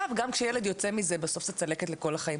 גם כשילד יוצא מזה בסוף זה צלקת לכל החיים,